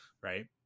Right